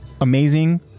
amazing